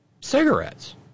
cigarettes